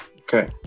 Okay